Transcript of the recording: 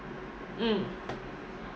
mm